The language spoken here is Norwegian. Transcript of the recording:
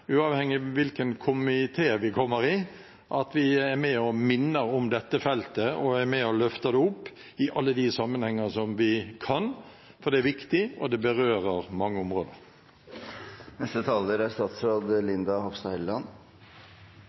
uavhengig av hvilken komité vi kommer i, at vi er med og minner om dette feltet og er med og løfter det opp i alle de sammenhenger som vi kan, for det er viktig, og det berører mange områder.